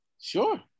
Sure